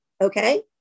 Okay